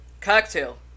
Cocktail